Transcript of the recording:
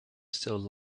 still